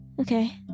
Okay